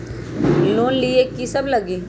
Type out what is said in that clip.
Loan लिए की सब लगी?